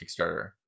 Kickstarter